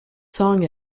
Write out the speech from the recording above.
song